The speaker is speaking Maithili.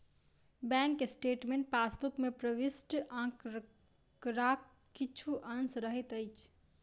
बैंक स्टेटमेंट पासबुक मे प्रविष्ट आंकड़ाक किछु अंश रहैत अछि